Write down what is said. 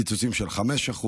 קיצוצים של 5%,